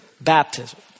baptism